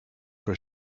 for